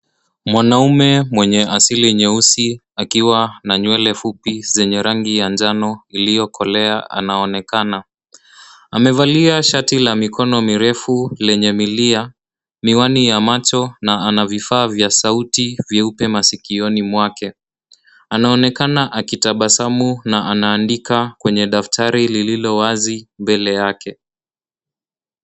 Mwanaume mwenye asili nyeusi akiwa na nywele fupi zenye rangi ya njano iliyokolea anaonekana. Amevalia shati la mikono mirefu lenye milia, miwani ya macho na ana vifaa vya sauti vyeupe masikioni mwake. Anaonekena akitabasamu na anaandika kwenye daftari lililowazi mbele yake.